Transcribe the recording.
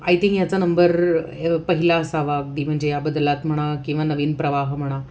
I think याचा number पहिला असावा अगदी म्हणजे या बदलात म्हणा किंवा नवीन प्रवाह म्हणा